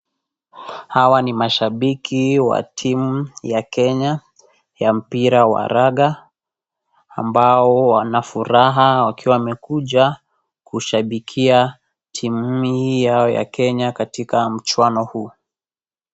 Hawa ni mashabiki wa timu ya Kenya ya mpira wa raga, ambao wanafuraha wakiwa wamekuja kushabikia timu hii Yao ya Kenya katika mchwano huu.